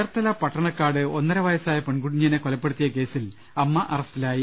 ചേർത്തല പട്ടണക്കാട് ഒന്നര വയസ്സായ പെൺകുഞ്ഞിനെ കൊലപ്പെ ടുത്തിയ കേസിൽ അമ്മ അറസ്റ്റിലായി